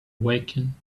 awaken